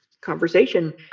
conversation